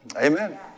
Amen